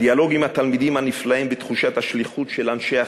הדיאלוג עם התלמידים הנפלאים ותחושת השליחות של אנשי החינוך,